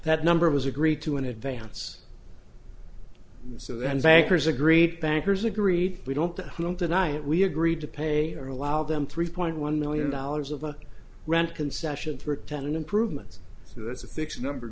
that number was agreed to in advance so the bankers agreed bankers agreed we don't deny it we agreed to pay or allow them three point one million dollars of the rent concession for ten improvements s